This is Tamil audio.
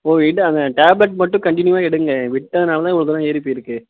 ஒங்ககிட்ட டேப்லெட் மட்டும் கண்டினியூவாக எடுங்கள் விட்டதுனால் தான் இவ்வளோ தூரம் ஏறிப் போய்ருக்கு